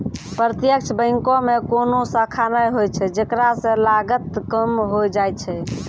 प्रत्यक्ष बैंको मे कोनो शाखा नै होय छै जेकरा से लागत कम होय जाय छै